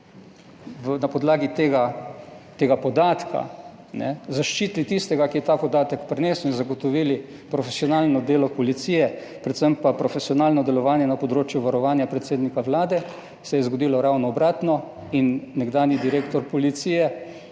na podlagi tega, tega podatka, zaščitili tistega, ki je ta podatek prinesel, in zagotovili profesionalno delo policije, predvsem pa profesionalno delovanje na področju varovanja predsednika Vlade, se je zgodilo ravno obratno in nekdanji direktor policije